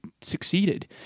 succeeded